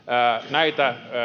näitä